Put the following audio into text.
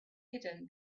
hidden